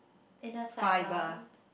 inner fiber